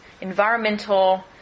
Environmental